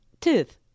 tooth